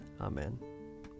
Amen